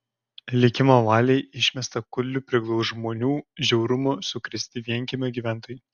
likimo valiai išmestą kudlių priglaus žmonių žiaurumo sukrėsti vienkiemio gyventojai